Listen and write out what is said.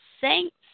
saints